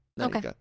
Okay